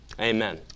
amen